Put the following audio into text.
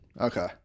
Okay